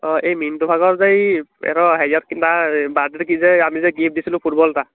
অঁ এই মিণ্টুভাগৰ যে এই সিহঁতৰ হেৰিত কিবা বাৰ্থডেনে কি যে আমি যে গিফ্ট দিছিলোঁ ফুটবল এটা